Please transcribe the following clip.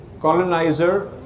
colonizer